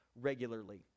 regularly